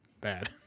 bad